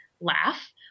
laugh